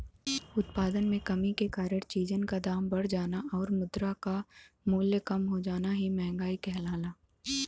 उत्पादन में कमी के कारण चीजन क दाम बढ़ जाना आउर मुद्रा क मूल्य कम हो जाना ही मंहगाई कहलाला